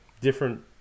different